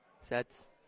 Sets